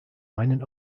meinen